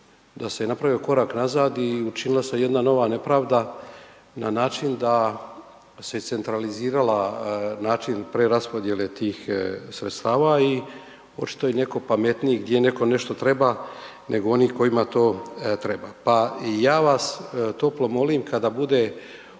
da se napravio korak nazad i učinila se jedna nova nepravda na način da se iscentralizirala način preraspodijele tih sredstava i očito je netko pametniji gdje netko nešto treba nego onih kojima to treba. Pa i ja vas toplo molim kada bude ovo